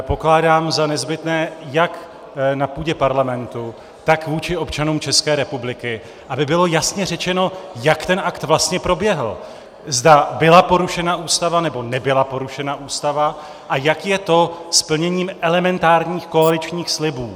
Pokládám za nezbytné jak na půdě Parlamentu, tak vůči občanům České republiky, aby bylo jasně řečeno, jak ten akt vlastně proběhl, zda byla porušena Ústava, nebo nebyla porušena Ústava a jak je to s plněním elementárních koaličních slibů.